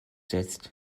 jetzt